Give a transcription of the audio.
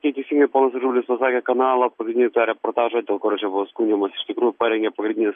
neteisingai ponas ažubalis pasakė kanalą pagrindinį tą reportažą dėl ko ir čia buvo skundžiamasi iš tikrųjų parengė pagrindinis